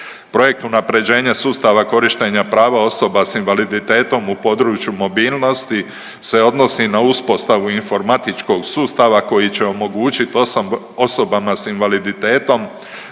Projekt unaprjeđenja sustava korištenja prava osoba s invaliditetom u području mobilnosti se odnosi na uspostavu informatičkog sustava koji je omogućiti osobama s invaliditetom